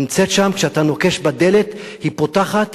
היא נמצאת שם כשאתה נוקש בדלת, היא פותחת